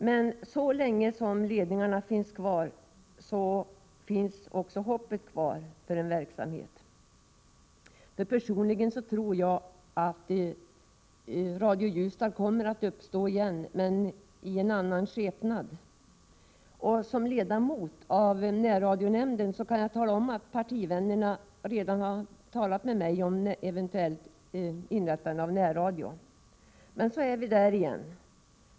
Men så länge som ledningarna finns kvar finns också hoppet om en verksamhet kvar. Personligen tror jag att Radio Ljusdal kommer att uppstå igen, men i en annan skepnad. Som ledamot av närradionämnden kan jag tala om att partivännerna redan har talat med mig om ett eventuellt inrättande av närradio. Men då är vi där igen.